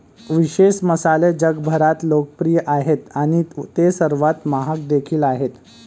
विशेष मसाले जगभरात लोकप्रिय आहेत आणि ते सर्वात महाग देखील आहेत